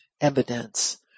evidence